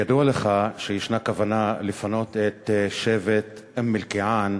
ידוע לך שיש כוונה לפנות את שבט אום-אלקיעאן,